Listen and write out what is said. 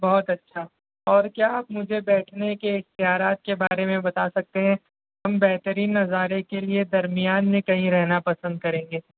بہت اچھا اور کیا آپ مجھے بیٹھنے کے اختیارات کے بارے میں بتا سکتے ہیں ہم بہترین نظارے کے لئے درمیان میں کہیں رہنا پسند کریں گے